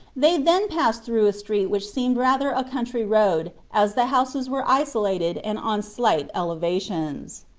they then passed through a street which seemed rather a country road as the houses were isolated and on slight elevations.